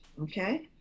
okay